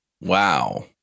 Wow